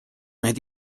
neid